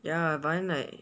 ya but then like